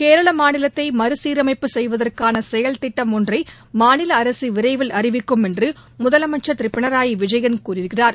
கேரள மாநிலத்தை மறுசீரமைப்பு செய்வதற்கான செயல் திட்டம் ஒன்றை மாநில அரசு விரைவில் அறிவிக்கும் என்று முதலமைச்சர் திரு பினராயி விஜயன் கூறியிருக்கிறார்